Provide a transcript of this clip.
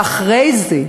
ואחרי זה,